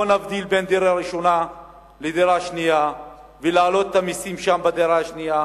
נבדיל בין דירה ראשונה לדירה שנייה ונעלה את המסים על הדירה השנייה.